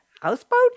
houseboat